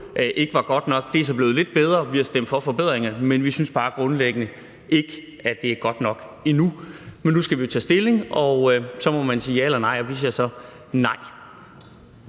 ikke var godt nok. Det er så blevet lidt bedre. Vi har stemt for forbedringerne, men vi synes bare grundlæggende ikke, at det er godt nok endnu. Men nu skal vi jo tage stilling, og så må man sige ja eller nej, og vi siger så nej.